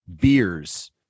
beers